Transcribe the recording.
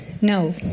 no